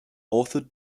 authored